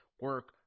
Work